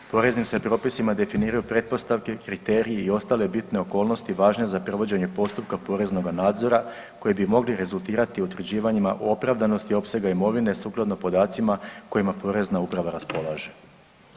Poreznim se propisima definiraju pretpostavke, kriteriji i ostale bitne okolnosti važne za provođenje postupka poreznoga nadzora koji bi mogli rezultirati utvrđivanjima opravdanosti opsega imovine sukladno podacima kojima Porezna uprava raspolaže.